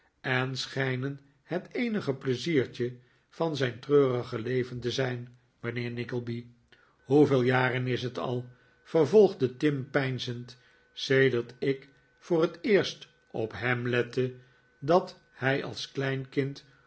en schijnen het eenige pleiziertje van zijn treurige leven te zijn mijnheer nickleby hoeveel jaren is het al vervolgde tim peinzend sedert ik voor het eerst op hem lette dat hij als klein kind